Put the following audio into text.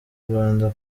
rwanda